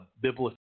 biblical